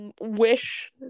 wish